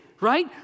right